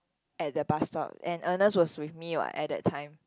at the bus stop and Ernest was with me what at that time